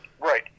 Right